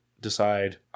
decide